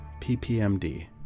PPMD